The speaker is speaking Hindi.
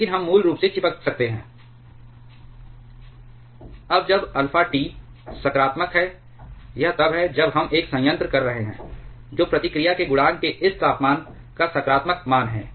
लेकिन हम मूल रूप से चिपक सकते हैं αT dρ dT 1k2 dkdT ≈ 1k dkdT अब जब अल्फा T सकारात्मक है यह तब है जब हम एक संयंत्र कर रहे हैं जो प्रतिक्रिया के गुणांक के इस तापमान का सकारात्मक मान है